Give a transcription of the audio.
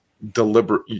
Deliberate